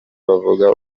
bavuga